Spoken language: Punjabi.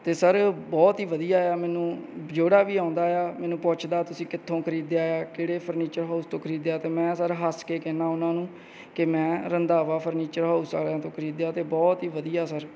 ਅਤੇ ਸਰ ਬਹੁਤ ਹੀ ਵਧੀਆ ਆ ਮੈਨੂੰ ਜਿਹੜਾ ਵੀ ਆਉਂਦਾ ਆ ਮੈਨੂੰ ਪੁੱਛਦਾ ਤੁਸੀਂ ਕਿੱਥੋਂ ਖਰੀਦਿਆ ਆ ਕਿਹੜੇ ਫਰਨੀਚਰ ਹਾਊਸ ਤੋਂ ਖਰੀਦਿਆ ਅਤੇ ਮੈਂ ਸਰ ਹੱਸ ਕੇ ਕਹਿੰਦਾ ਉਹਨਾਂ ਨੂੰ ਕਿ ਮੈਂ ਰੰਧਾਵਾ ਫਰਨੀਚਰ ਹਾਊਸ ਵਾਲਿਆਂ ਤੋਂ ਖਰੀਦਿਆ ਅਤੇ ਬਹੁਤ ਹੀ ਵਧੀਆ ਸਰ